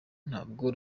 ntabwo